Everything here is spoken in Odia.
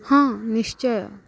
ହଁ ନିଶ୍ଚୟ